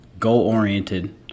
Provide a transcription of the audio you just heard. Goal-oriented